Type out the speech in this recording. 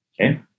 Okay